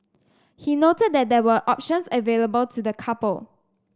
he noted that there were options available to the couple